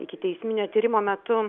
ikiteisminio tyrimo metu